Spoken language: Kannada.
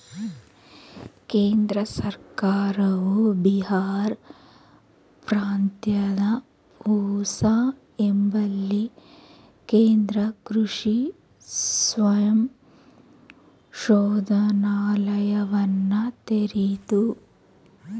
ಕೇಂದ್ರ ಸರ್ಕಾರವು ಬಿಹಾರ್ ಪ್ರಾಂತ್ಯದ ಪೂಸಾ ಎಂಬಲ್ಲಿ ಕೇಂದ್ರ ಕೃಷಿ ಸಂಶೋಧನಾಲಯವನ್ನ ತೆರಿತು